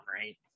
right